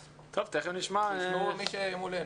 תשמעו ממי שמולנו.